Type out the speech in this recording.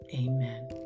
Amen